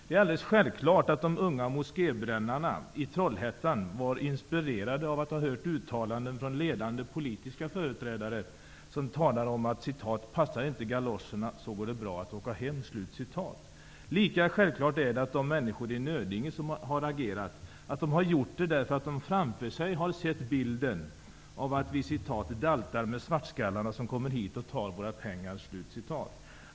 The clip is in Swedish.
Det är alldeles självklart att de unga moskébrännarna i Trollhättan inspirerades av uttalanden från ledande politiska företrädare, som talat om att ''passar inte galoscherna så går det bra att åka hem''. Lika självklart är att de människor som har agerat i Nödinge har gjort det därför att de framför sig har sett bilden att vi ''daltar med svartskallarna som kommer hit och tar våra pengar''.